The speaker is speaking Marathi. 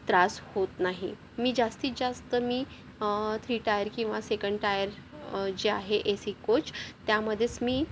त्रास होत नाही मी जास्तीत जास्त मी थ्री टायर किंवा सेकंड टायर जे आहे ए सी कोच त्यामध्येच मी